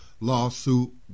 lawsuit